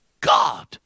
God